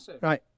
Right